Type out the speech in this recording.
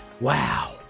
Wow